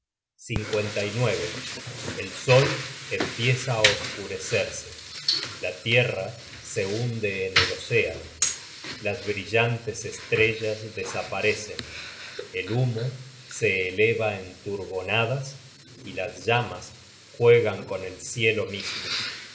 la dañina serpiente el sol empieza á oscurecerse la tierra se hunde en el océano las brillantes estrellas desaparecen el humo se eleva en turbonadas y las llamas juegan con el cielo mismo